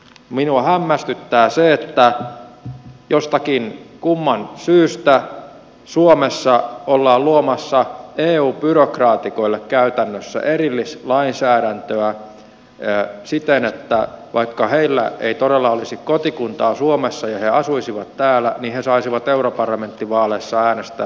minua hämmästyttää se että jostakin kumman syystä suomessa ollaan luomassa eu byrokraatikoille käytännössä erillislainsäädäntöä siten että vaikka heillä ei todella olisi kotikuntaa suomessa ja he asuisivat täällä niin he saisivat europarlamenttivaaleissa äänestää suomen listaa